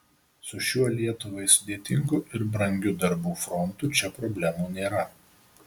su šiuo lietuvai sudėtingu ir brangiu darbų frontu čia problemų nėra